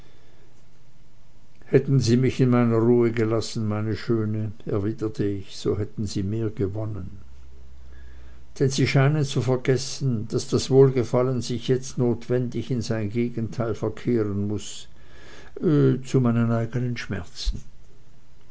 hätten sie mich in meiner ruhe gelassen meine schöne erwiderte ich so hätten sie mehr gewonnen denn sie scheinen zu vergessen daß dies wohlgefallen sich jetzt notwendig in sein gegenteil verkehren muß zu meinen eigenen schmerzen